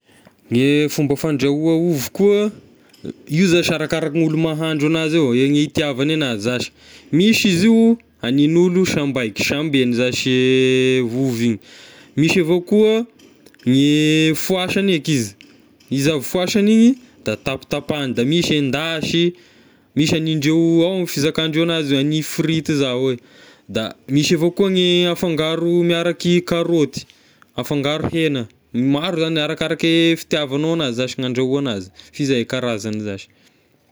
Gne fomba fandrahoa ovy koa, io zashy arakaraka gn'olo mahandro anazy ao, ny hitiavany anazy zashy, misy izy io hanin'olo sambaika sambegna zashy e ovy igny, misy avao koa gne foasagna eky izy, izy avy foasana igny da tapatapahigna da misy endasy misy any indreo ao fizakandreo anazy a ny frity zao eh, da misy avao koa ny afangaro miaraky karaoty afangaro hena, maro zagny arakaraky fitiavagnao anazy zashy ny andrahoana azy, f'izay e karazagny zashy.